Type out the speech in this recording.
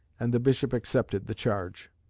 and the bishop accepted the charge.